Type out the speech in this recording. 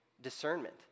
discernment